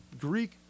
Greek